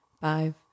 Five